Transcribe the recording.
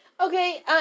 Okay